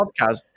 podcast